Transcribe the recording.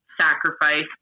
sacrifice